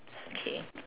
okay